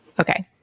Okay